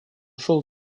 шел